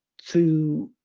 through,